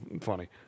funny